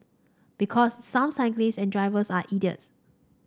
because some cyclists and drivers are idiots